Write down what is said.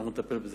ואנחנו נטפל בזה.